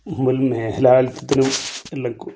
മുൻ മേലാളിത്തത്തിനും എല്ലാവർക്കും